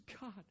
God